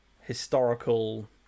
historical